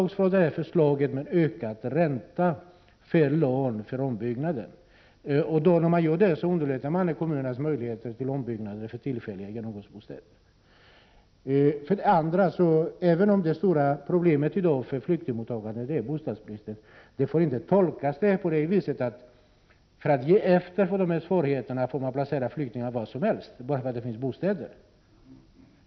Gör man detta underlättar man för kommunerna att möjliggöra ombyggnader för tillfälliga genomgångsbostäder. Även om det stora problemet i dag när det gäller flyktingmottagandet är bostadsbristen, får man inte tolka detta som att man kan ge efter för svårigheterna och placera flyktingarna var som helst bara därför att det på vissa orter finns bostäder.